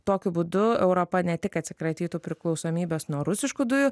tokiu būdu europa ne tik atsikratytų priklausomybės nuo rusiškų dujų